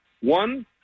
One